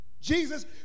Jesus